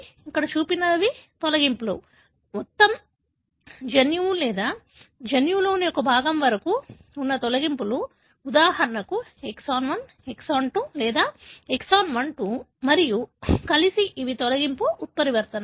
ఇక్కడ చూపబడినవి తొలగింపులు మొత్తం జన్యువు లేదా జన్యువులోని ఒక భాగం వరకు ఉన్న తొలగింపులు ఉదాహరణకు ఎక్సాన్ 1 ఎక్సాన్ 2 లేదా ఎక్సాన్ 1 2 మరియు కలిసి ఇవి తొలగింపు ఉత్పరివర్తనలు